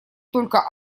только